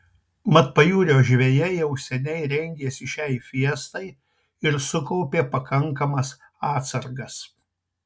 mat pajūrio žvejai jau seniai rengėsi šiai fiestai ir sukaupė pakankamas atsargas